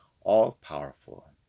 all-powerful